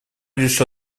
лишь